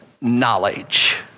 knowledge